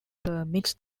permits